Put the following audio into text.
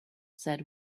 said